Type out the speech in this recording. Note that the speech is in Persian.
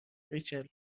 ریچل